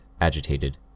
agitated